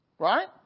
Right